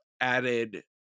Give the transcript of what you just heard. added